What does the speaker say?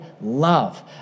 love